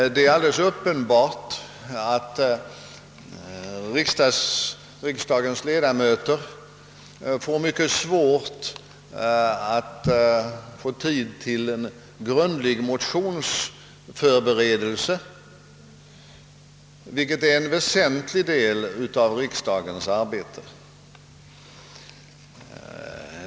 Det är uppenbart att riksdagens ledamöter har mycket svårt att få tiden att räcka till för en grundlig motionsförberedelse. Denna är en väsentlig del av riksdagens arbete.